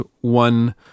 one